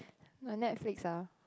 my Netflix ah